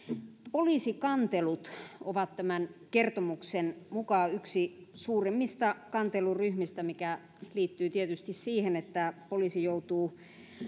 poliisikantelut ovat tämän kertomuksen mukaan yksi suurimmista kanteluryhmistä mikä liittyy tietysti siihen että poliisi joutuu